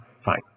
fine